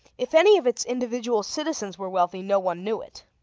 if any of its individual citizens were wealthy, no one knew it.